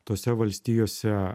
tose valstijose